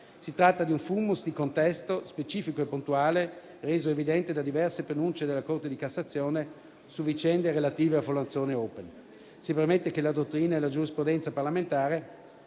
Si tratta di un *fumus* di contesto specifico e puntuale, reso evidente da diverse pronunce della Corte di cassazione su vicende relative alla Fondazione Open. Si premette che la dottrina e la giurisprudenza parlamentare